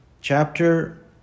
chapter